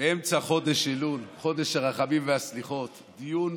באמצע חודש אלול, חודש הרחמים והסליחות, דיון